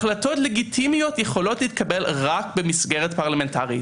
החלטות לגיטימיות יכולות להתקבל רק במסגרת פרלמנטרית.